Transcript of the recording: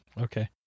Okay